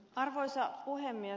arvoisa puhemies